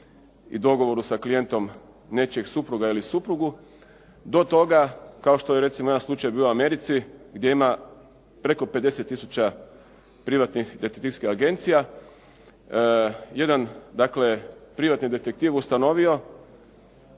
i dogovoru sa klijentom nečijeg supruga ili suprugu do toga kao što je recimo jedan slučaj bio u Americi gdje ima preko 50 tisuća privatnih detektivskih agencija. Jedan dakle privatni detektiv je ustanovio